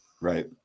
Right